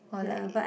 or like